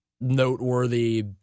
noteworthy